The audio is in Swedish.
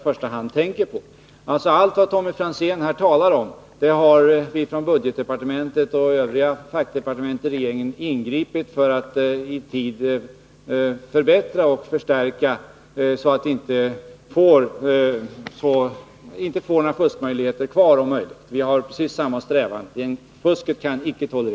När det gäller alla de frågor som Tommy Franzén här tar upp har alltså budgetdepartementet och övriga fackdepartement i regeringen ingripit för att i tid förbättra och förstärka organisationen och om möjligt eliminera Nr 9 fuskmöjligheterna. Vi har precis samma strävan — fusket kan inte tolere